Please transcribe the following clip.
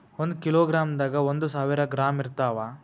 ಒಂದ್ ಕಿಲೋಗ್ರಾಂದಾಗ ಒಂದು ಸಾವಿರ ಗ್ರಾಂ ಇರತಾವ